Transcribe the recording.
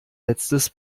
letztes